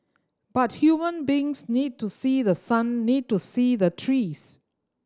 but human beings need to see the sun need to see the trees